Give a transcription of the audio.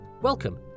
welcome